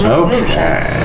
okay